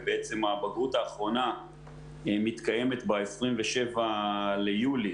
ובעצם הבגרות האחרונה מתקיימת ב-27 ביולי